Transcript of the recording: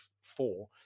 four